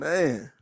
Man